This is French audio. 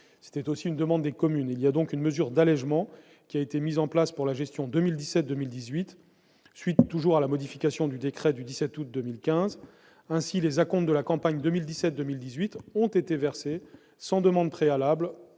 comme l'ont demandé les communes. Une mesure d'allégement a été mise en place pour la gestion 2017-2018 à la suite de la modification du décret du 17 août 2015. Ainsi, les acomptes de la campagne 2017-2018 ont été versés, sans demande préalable,